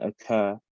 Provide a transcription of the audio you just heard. occur